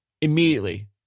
immediately